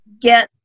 get